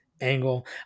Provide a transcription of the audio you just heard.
angle